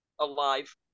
Alive